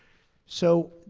so,